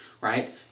right